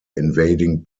invading